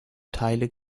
teile